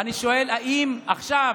אני שואל: האם עכשיו,